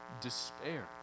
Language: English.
despair